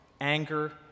anger